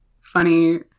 funny